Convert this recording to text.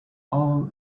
all